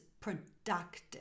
productive